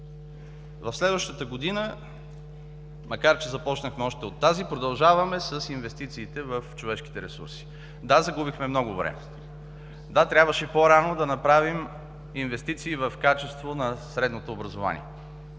В следващата година, макар че започнахме още от тази, продължаваме с инвестициите в човешките ресурси. Да, загубихме много време, да, трябваше по-рано да направим инвестиции в качество на средното образование,